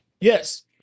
Yes